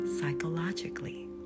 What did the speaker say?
psychologically